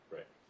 Right